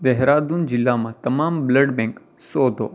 દેહરાદૂન જિલ્લામાં તમામ blood bank શોધો